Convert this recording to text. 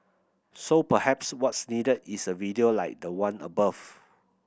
so perhaps what's needed is a video like the one above